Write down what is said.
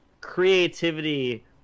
creativity